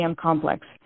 complex